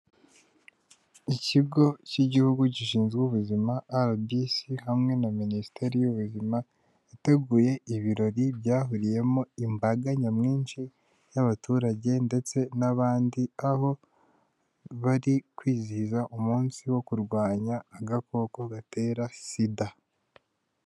Ikigo cy'igihugu gishinzwe ubuzima RBC hamwe na Minisiteri y'ubuzima, yateguye ibirori byahuriyemo imbaga nyamwinshi y'abaturage ndetse n'abandi, aho bari kwizihiza umunsi wo kurwanya agakoko gatera SIDA.